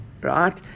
Right